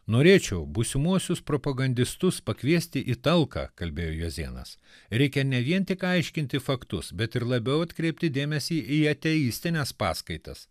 norėčiau būsimuosius propagandistus pakviesti į talką kalbėjo juozėnas reikia ne vien tik aiškinti faktus bet ir labiau atkreipti dėmesį į ateistines paskaitas